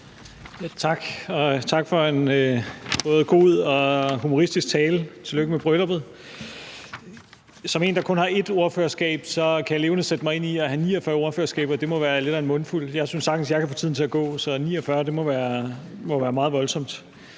tak for en både god og humoristisk tale – tillykke med brylluppet! Som en, der kun har ét ordførerskab, kan jeg levende sætte mig ind i at have 49 ordførerskaber. Det må være lidt af en mundfuld. Jeg synes sagtens, jeg kan få tiden til at gå, så 49 må være meget voldsomt.